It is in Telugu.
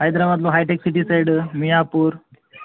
హైదరాబాదులో హైటెక్ సిటీ సైడు మియాపూర్